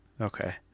Okay